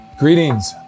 Greetings